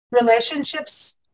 relationships